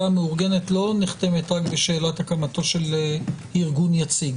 המאורגנת לא נחתמת רק בשאלת הקמתו של ארגון יציג